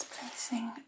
placing